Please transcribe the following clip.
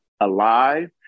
alive